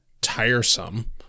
tiresome